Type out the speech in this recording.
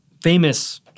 famous